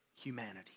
humanity